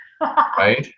right